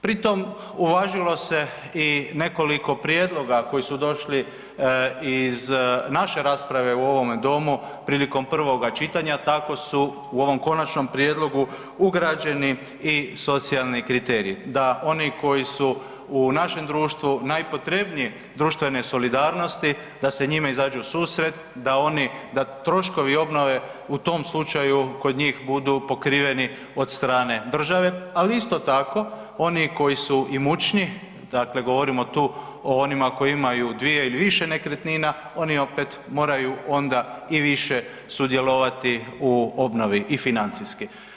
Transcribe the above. Pritom uvažilo i nekoliko prijedloga koji su došli iz naše rasprave u ovom domu prilikom prvoga čitanja, tako su u ovom konačnom prijedlogu ugrađeni i socijalni kriteriji, da oni koji su u našem društvu najpotrebnije društvene solidarnosti, da se njime izađe u susret, da oni, da troškovi obnove u tom slučaju kod njih budu pokriveni od strane države ali isto tako i oni koji su imućniji, dakle govorimo tu o onima kojima imaju dvije ili više nekretnina, oni opet moraju onda i više sudjelovati u obnovi i financijski.